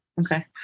Okay